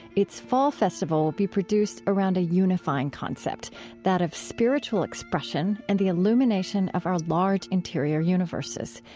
its fall festival will be produced around a unifying concept that of spiritual expression and the illumination of our large, interior universes.